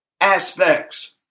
aspects